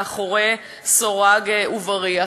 מאחורי סורג ובריח.